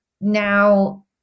now